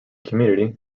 community